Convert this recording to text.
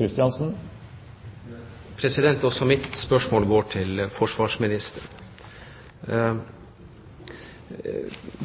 neste hovedspørsmål. Også mitt spørsmål går til forsvarsministeren.